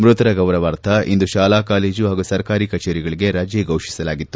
ಮ್ಬತರ ಗೌರವಾರ್ಥ ಇಂದು ಶಾಲಾ ಕಾಲೇಜು ಹಾಗೂ ಸರ್ಕಾರಿ ಕಚೇರಿಗಳಿಗೆ ರಜೆ ಘೋಷಿಸಲಾಗಿತ್ತು